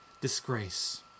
disgrace